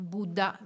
Buddha